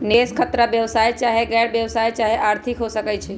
निवेश खतरा व्यवसाय चाहे गैर व्यवसाया चाहे आर्थिक हो सकइ छइ